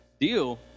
deal